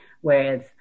whereas